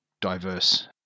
diverse